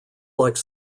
like